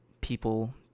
people